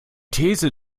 these